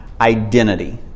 identity